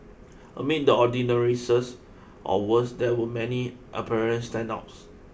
amid the ordinariness or worse there were many apparent standouts